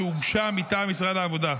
שהוגשה מטעם משרד העבודה.